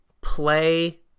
play